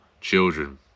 children